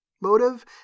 motive